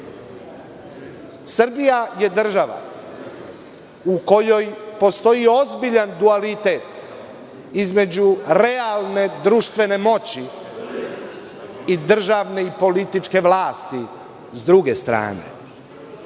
pravo. Srbija je država u kojoj postoji ozbiljan dualitet između realne društvene moći i državne i političke vlasti. Sa druge strane,